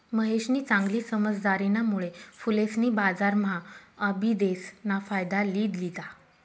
महेशनी चांगली समझदारीना मुळे फुलेसनी बजारम्हा आबिदेस ना फायदा लि लिदा